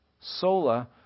sola